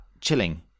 chilling